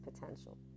potential